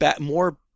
more